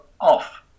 off